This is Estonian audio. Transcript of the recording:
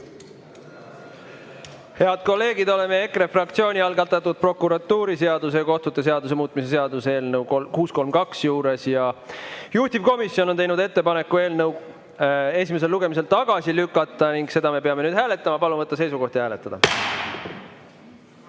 kolleegid, oleme EKRE fraktsiooni algatatud prokuratuuriseaduse ja kohtute seaduse muutmise seaduse eelnõu 632 juures. Juhtivkomisjon on teinud ettepaneku eelnõu esimesel lugemisel tagasi lükata ning seda me peame nüüd hääletama. Palun võtta seisukoht ja hääletada!